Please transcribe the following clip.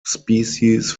species